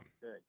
Good